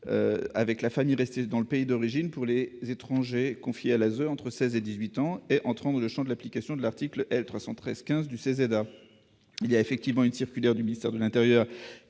avec la famille restée dans le pays d'origine pour les étrangers confiés à l'ASE entre seize et dix-huit ans et entrant dans le champ d'application de l'article L. 313-15 du CESEDA. En effet, une circulaire du ministère de l'intérieur